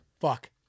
Fuck